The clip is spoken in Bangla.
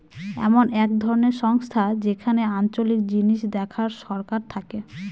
এমন এক ধরনের সংস্থা যেখানে আঞ্চলিক জিনিস দেখার সরকার থাকে